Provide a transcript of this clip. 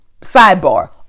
Sidebar